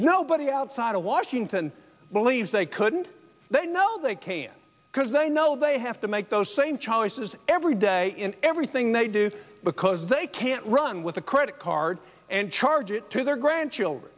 nobody out sada washington believes they couldn't they know they can't because they know they have to make those same choices every day in everything they do because they can't run with a credit card and charge it to their grandchildren